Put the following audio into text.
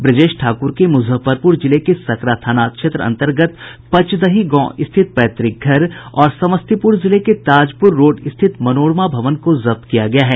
ब्रजेश ठाकुर के मुजफ्फरपुर जिले के सकरा थाना अंतर्गत पचदही गांव स्थित पैतृक घर और समस्तीपुर जिले के ताजपुर रोड स्थित मनोरमा भवन को जब्त किया गया है